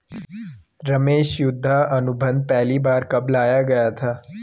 रमेश युद्ध अनुबंध पहली बार कब लाया गया था?